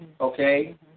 Okay